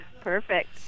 Perfect